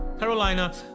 Carolina